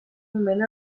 moment